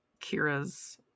Kira's